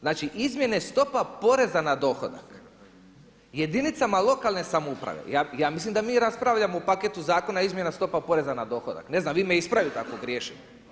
Znači izmjene stopa poreza na dohodak jedinica lokalne samouprave, ja mislim da mi raspravljamo o paketu zakona izmjena stopa poreza na dohodak, ne znam, vi me ispravite ako griješim.